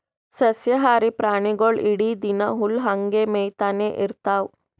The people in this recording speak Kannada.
ಸಸ್ಯಾಹಾರಿ ಪ್ರಾಣಿಗೊಳ್ ಇಡೀ ದಿನಾ ಹುಲ್ಲ್ ಹಂಗೆ ಮೇಯ್ತಾನೆ ಇರ್ತವ್